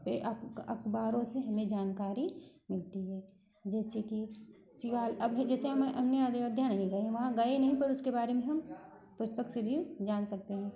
ये अखबारों से हमें जानकारी मिलती है जैसे कि शिवा अब जैसे हम हमें अयोध्या में है वहाँ गए नहीं तो उसके बारे में हम पुस्तक से भी जान सकते हैं